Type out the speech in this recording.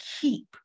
keep